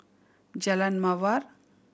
Jalan Mawar